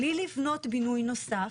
בלי לבנות בינוי נוסף,